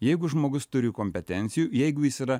jeigu žmogus turi kompetencijų jeigu jis yra